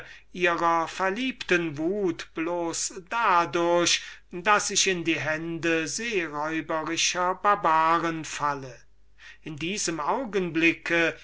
ihrer verliebten wut bloß dadurch daß ich in die hände seeräuberischer barbaren falle in diesem augenblicke